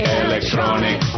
electronic